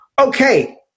okay